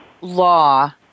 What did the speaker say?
law